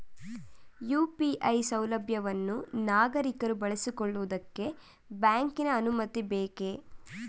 UPI ಸೌಲಭ್ಯವನ್ನು ನಾಗರಿಕರು ಬಳಸಿಕೊಳ್ಳುವುದಕ್ಕೆ ಬ್ಯಾಂಕಿನ ಅನುಮತಿ ಬೇಕೇ?